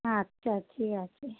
আচ্ছা ঠিক আছে